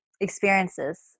experiences